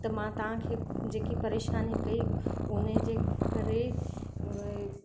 त मां तव्हांखे जेकी परेशानी कई उन जे करे उहा